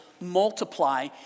multiply